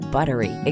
Buttery